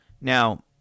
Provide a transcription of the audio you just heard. Now